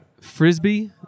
frisbee